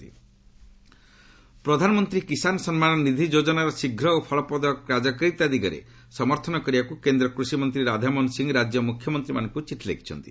gov PM Kisan Pradhan Mantri Kisan Samman Nidhi ଯୋଜନାର ଶୀଘ୍ର ଓ ଫଳପ୍ରଦ କାର୍ଯ୍ୟକାରିତା ଦିଗରେ ସମର୍ଥନ କରିବାକୁ କେନ୍ଦ୍ର କୃଷିମନ୍ତ୍ରୀ ରାଧାମୋହନ ସିଂହ ରାଜ୍ୟ ମୁଖ୍ୟମନ୍ତ୍ରୀମାନଙ୍କୁ ଚିଠି ଲେଖିଛନ୍ତି